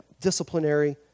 disciplinary